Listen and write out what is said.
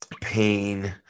pain